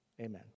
Amen